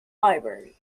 library